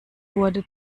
wurde